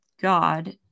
God